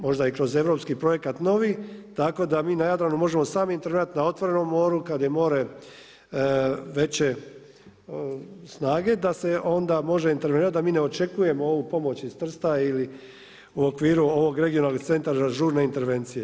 Možda i kroz europski projekat novi, tako da mi na Jadranu možemo sami intervjuirati, na otvorenom moru, kad je more veće snage da se onda može intervenirati, da mi ne očekujemo ovu pomoć iz Trsta ili u okviru ovog regionalnog centara žurne intervencije.